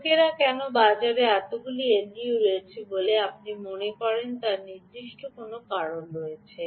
লোকেরা কেন বাজারে এতগুলি এলডিও রয়েছে বলে আপনি মনে করেন তার নির্দিষ্ট কারণ রয়েছে